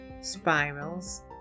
spirals